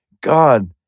God